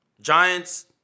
Giants